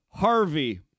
Harvey